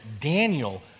Daniel